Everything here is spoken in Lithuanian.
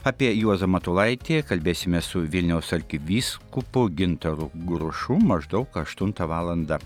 apie juozą matulaitį kalbėsimės su vilniaus arkivyskupu gintaru grušu maždaug aštuntą valandą